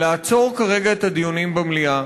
לעצור כרגע את הדיונים במליאה.